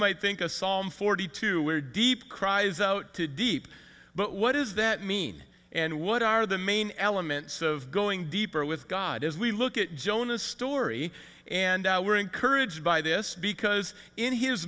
might think a song forty two we're deep cries out to deep but what does that mean and what are the main elements of going deeper with god as we look at jonah story and we're encouraged by this because in his